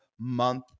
month